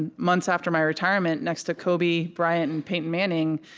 and months after my retirement, next to kobe bryant and peyton manning.